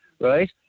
right